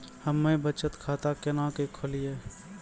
हम्मे बचत खाता केना के खोलियै?